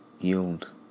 yield